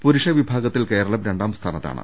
പുരുഷ വിഭാഗത്തിൽ കേരളം രണ്ടാംസ്ഥാനത്താണ്